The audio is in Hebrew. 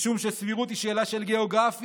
משום שסבירות היא שאלה של גיאוגרפיה,